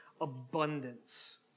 abundance